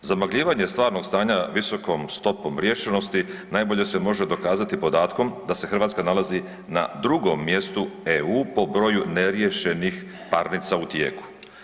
Zamagljivanje stvarnog stanja visokom stopom riješenosti najbolje se može dokazati podatkom da se Hrvatska nalazi na drugom mjestu EU po broju neriješenih parnica u tijeku.